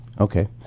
Okay